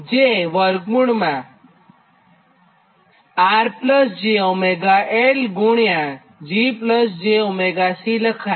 જે વર્ગમૂળમાં rj𝜔Lgj𝜔C લખાય